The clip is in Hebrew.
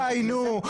די, נו.